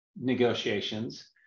negotiations